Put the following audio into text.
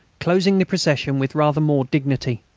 closing the procession with rather more dignity.